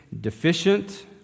deficient